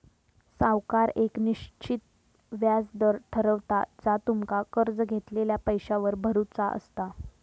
सावकार येक निश्चित व्याज दर ठरवता जा तुमका कर्ज घेतलेल्या पैशावर भरुचा असता